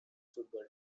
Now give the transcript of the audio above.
football